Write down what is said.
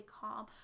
calm